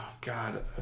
God